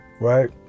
right